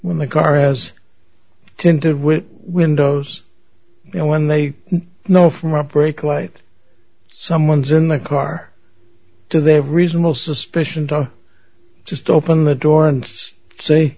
when the car has tinted with windows and when they know from a brake light someone's in the car do they have reasonable suspicion to just open the door and say